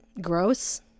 gross